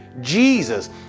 Jesus